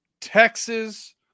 Texas